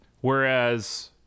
Whereas